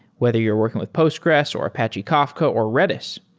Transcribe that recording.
whether you're working with postgres, or apache kafka, or redis,